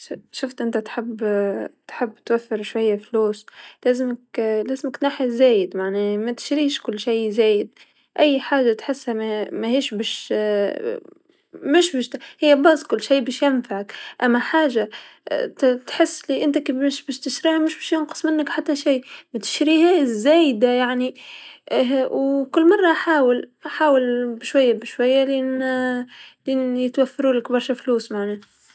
لازم يكون عنده سمارت جول، وش يعني سمارت جول؟ أنه يقول أنا أبي يوفر مصاري وخلاص، لا أنا بدي أوفر مبلغ قيمته كذا في مدة زمنية جت كذا، لما هو لسا بتشوف المصاري هذي، بده يوفرهم عشان يشتري هذا الشيء بس.